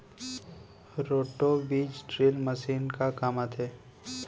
Roto बीज drill machine का काम आथे?